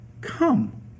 come